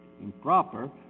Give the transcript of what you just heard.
improper